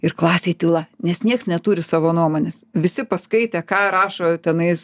ir klasėj tyla nes niekas neturi savo nuomonės visi paskaitę ką rašo tenais